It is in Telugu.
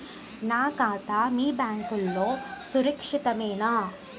నా ఖాతా మీ బ్యాంక్లో సురక్షితమేనా?